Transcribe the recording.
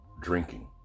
drinking